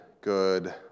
good